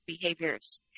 behaviors